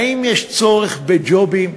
האם יש צורך בג'ובים?